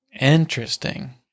Interesting